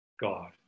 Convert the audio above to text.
God